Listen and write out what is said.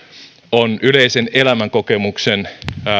on yleisen elämänkokemuksen